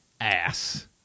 ass